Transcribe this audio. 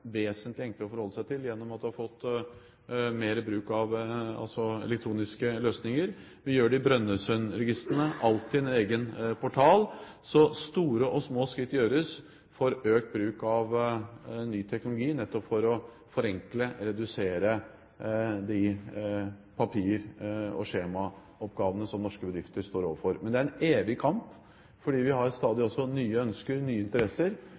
vesentlig enklere å forholde seg til, gjennom at man har fått mer bruk av elektroniske løsninger. Vi gjør det i Brønnøysundregistrene og Altinn – en egen portal. Så store og små skritt gjøres for økt bruk av ny teknologi, nettopp for å forenkle og redusere de papir- og skjemaoppgavene som norske bedrifter står overfor. Men det er en evig kamp, fordi vi har også stadig nye ønsker, nye interesser,